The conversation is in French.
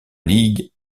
ligue